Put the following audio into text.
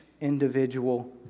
individual